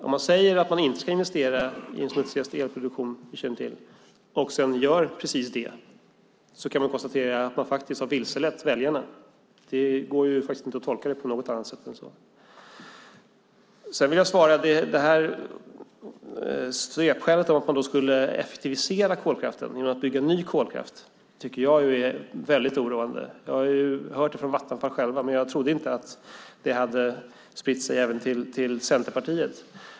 Om man säger att man inte ska investera i den smutsigaste elproduktion vi känner till och sedan gör precis det har man vilselett väljarna. Det går inte att tolka det på något annat sätt än så. Svepskälet att man skulle effektivisera kolkraften genom att bygga ny kolkraft tycker jag är väldigt oroande. Jag har hört det från Vattenfall självt, men jag trodde inte att det hade spritt sig även till Centerpartiet.